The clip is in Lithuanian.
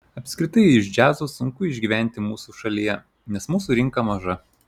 apskritai iš džiazo sunku išgyventi mūsų šalyje nes mūsų rinka maža